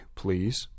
please